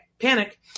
panic